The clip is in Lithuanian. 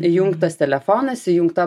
įjungtas telefonas įjungta